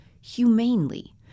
humanely